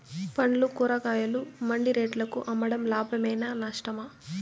పండ్లు కూరగాయలు మండి రేట్లకు అమ్మడం లాభమేనా నష్టమా?